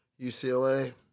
UCLA